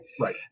right